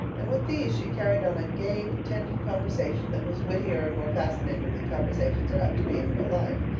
and with these she carried on a gay, pretended conversation that was wittier and more fascinating than conversations are apt to be in real life,